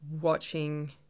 watching